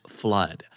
flood